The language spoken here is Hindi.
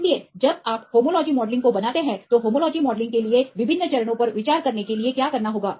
इसलिए जब आप होमोलॉजी मॉडलिंग को बनाते हैं तो होमोलॉजी मॉडलिंग के लिए विभिन्न चरणों पर विचार करने के लिए क्या करना होगा